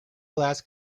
glass